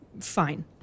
fine